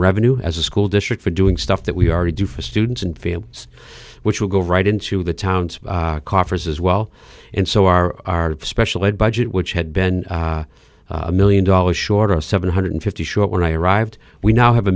revenue as a school district for doing stuff that we already do for students and fields which will go right into the towns coffers as well and so are our special ed budget which had been a million dollars short of seven hundred fifty short when i arrived we now have a